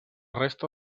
resta